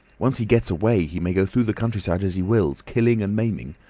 once he gets away, he may go through the countryside as he wills, killing and maiming.